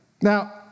Now